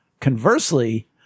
Conversely